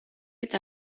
eta